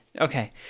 Okay